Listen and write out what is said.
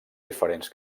diferents